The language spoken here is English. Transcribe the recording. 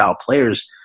players